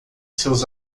seus